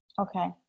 okay